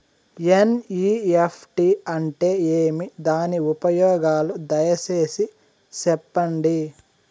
NEFT అంటే ఏమి? దాని ఉపయోగాలు దయసేసి సెప్పండి?